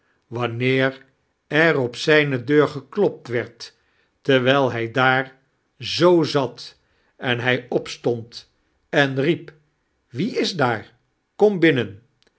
wanneer er op zijne deur gehopt werd terwijl hij daar zoo zat en hij opstond en riep wie is daar komi binnen